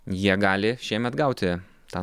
jie gali šiemet gauti tą